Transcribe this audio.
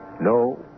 no